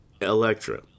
electra